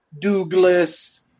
Douglas